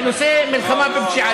בנושא המלחמה בפשיעה.